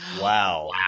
Wow